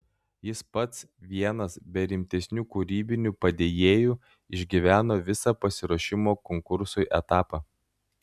jis pats vienas be rimtesnių kūrybinių padėjėjų išgyveno visą pasiruošimo konkursui etapą